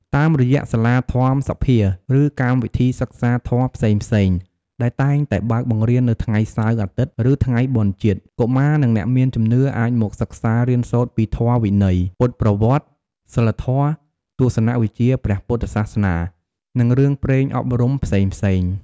តាមរយៈសាលាធម្មសភា ឬកម្មវិធីសិក្សាធម៌ផ្សេងៗ ដែលតែងតែបើកបង្រៀននៅថ្ងៃសៅរ៍ អាទិត្យ ឬថ្ងៃបុណ្យជាតិ កុមារ និងអ្នកមានជំនឿអាចមកសិក្សារៀនសូត្រពីធម៌វិន័យ ពុទ្ធប្រវត្តិ សីលធម៌ ទស្សនៈវិជ្ជាព្រះពុទ្ធសាសនា និងរឿងព្រេងអប់រំផ្សេងៗ។